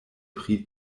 pri